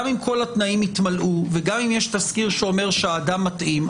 גם אם כל התנאים התמלאו וגם אם יש תסקיר שאומר שהאדם מתאים,